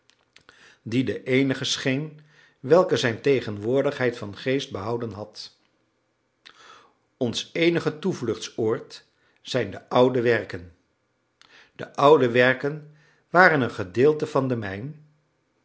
die de eenige scheen welke zijn tegenwoordigheid van geest behouden had ons eenige toevluchtsoord zijn de oude werken de oude werken waren een gedeelte van de mijn